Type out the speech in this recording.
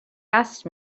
asked